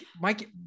Mike